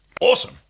Awesome